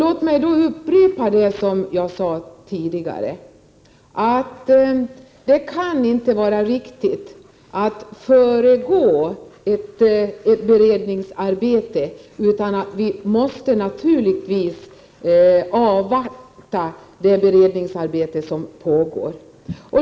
Låt mig då få upprepa vad jag sade tidigare, att det inte kan vara riktigt att föregripa ett beredningsarbete. Vi måste naturligtvis avvakta det beredningsarbete som pågår.